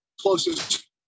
closest